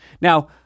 Now